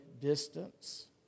distance